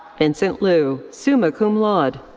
vincent liu, summa cum laude.